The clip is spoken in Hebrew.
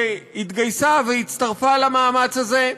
שהתגייסה והצטרפה למאמץ הזה,